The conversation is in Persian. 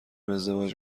ازدواج